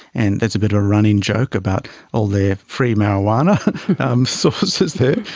and there's a bit of a running joke about all their free marijuana um sources there.